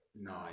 No